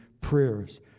prayers